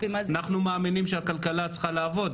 אנחנו מאמינים שהכלכלה צריכה לעבוד.